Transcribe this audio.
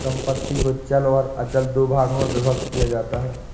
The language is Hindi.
संपत्ति को चल और अचल दो भागों में विभक्त किया जाता है